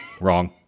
wrong